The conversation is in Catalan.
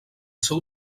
seu